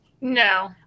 No